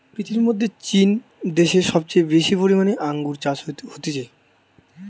পৃথিবীর মধ্যে চীন দ্যাশে সবচেয়ে বেশি পরিমানে আঙ্গুর চাষ হতিছে